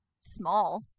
small